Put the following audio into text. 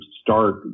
start